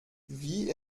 wie